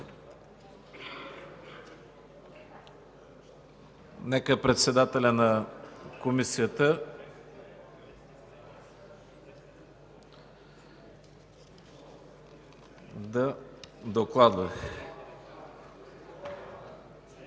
Нека председателят на Комисията да докладва.